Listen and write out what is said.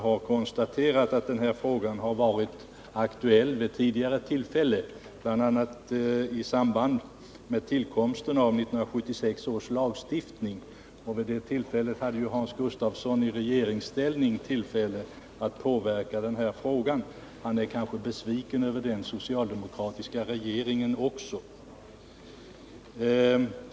Där konstateras att denna fråga har varit aktuell vid tidigare tillfällen, bl.a. i samband med tillkomsten av 1976 års lagstiftning. Vid det tillfället hade Hans Gustafsson i regeringsställning tillfälle att påverka denna fråga. Han är kanske besviken över den socialdemokratiska regeringen också.